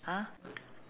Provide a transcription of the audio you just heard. !huh!